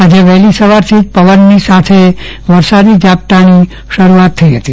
આજે વહેલી સવારેથી પવનની સાથે વરસાદી ઝાપટાની શરૂઆત થઇ હતી